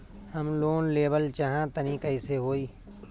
हम लोन लेवल चाह तानि कइसे होई?